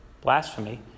blasphemy